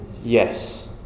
Yes